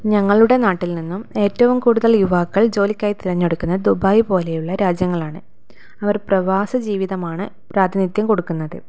ഞങ്ങളുടെ നാട്ടിൽ നിന്നും ഏറ്റവും കൂടുതൽ യുവാക്കൾ ജോലിക്കായി തിരഞ്ഞെടുക്കുന്നത് ദുബായ് പോലെയുള്ള രാജ്യങ്ങളാണ് അവർ പ്രവാസ ജീവിതമാണ് പ്രാധിനിധ്യം കൊടുക്കുന്നത്